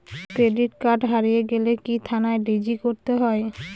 Credit card হারিয়ে গেলে কি থানায় জি.ডি করতে হয়?